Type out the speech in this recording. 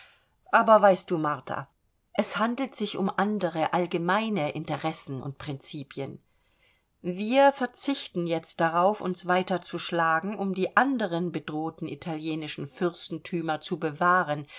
aber weißt du martha es handelt sich um andere allgemeine interessen und prinzipien wir verzichten jetzt darauf uns weiter zu schlagen um die anderen bedrohten italienischen fürstentümer zu bewahren